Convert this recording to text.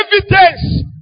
evidence